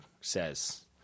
says